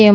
એમ